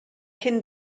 cyn